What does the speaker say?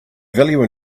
value